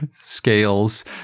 scales